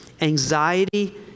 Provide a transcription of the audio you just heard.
Anxiety